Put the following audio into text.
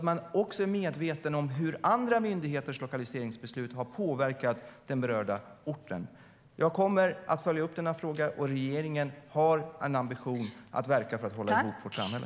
Man ska vara medveten om hur andra myndigheters lokaliseringsbeslut har påverkat den berörda orten. Jag kommer att följa upp denna fråga. Och regeringen har en ambition om att verka för att hålla ihop vårt samhälle.